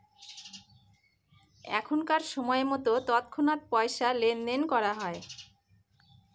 এখনকার সময়তো তৎক্ষণাৎ পয়সা লেনদেন করা হয়